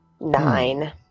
Nine